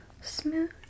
smooth